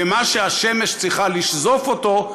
ושמה שהשמש צריכה לשזוף אותו,